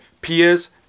peers